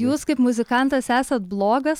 jūs kaip muzikantas esat blogas